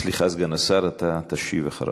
סליחה, סגן השר, אתה תשיב אחריו.